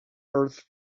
earth